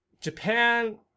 Japan